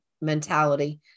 mentality